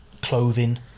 clothing